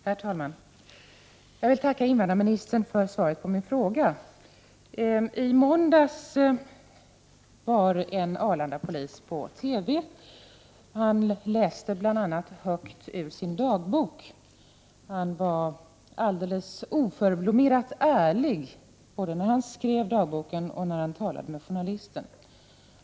Herr talman! Jag vill tacka invandrarministern för svaret på min fråga. I måndags framträdde en Arlandapolis i TV. Han läste bl.a. högt ur sin dagbok. Han var alldeles oförblommerat ärlig, både när han skrev dagboken och när han talade med journalisten.